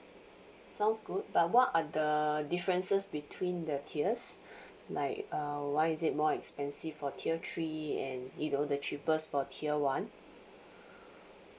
sounds good but what are the differences between the tiers like uh why is it more expensive for tier three and you know the cheapest for tier one